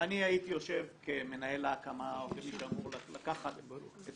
אני הייתי יושב כמנהל ההקמה או כמי שאמור לקחת את